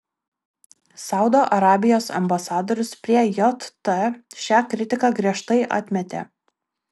saudo arabijos ambasadorius prie jt šią kritiką griežtai atmetė